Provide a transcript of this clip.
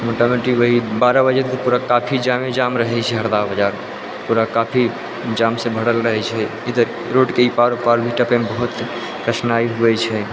मोटा मोटी वही बारह बजे तक पुरा काफी जामे जाम रहै छै हरदहा बाजारमे पुरा काफी जाम से भरल रहै छै इधर रोडके ईपार उपार करयमे बहुत ही कठिनाइ होइ छै